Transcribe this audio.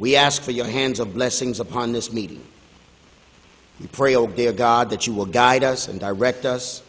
we ask for your hands of blessings upon this meeting you pray old dear god that you will guide us and direct us